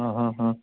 હં હં હં